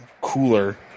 cooler